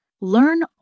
Learn